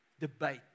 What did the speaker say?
Debate